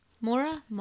Mora